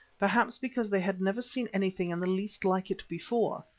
perhaps because they had never seen anything in the least like it before,